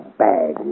bag